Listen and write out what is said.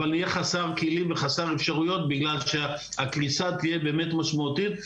אבל נהיה חסרי כלים וחסרי אפשרויות בגלל שהקריסה תהיה באמת משמעותית.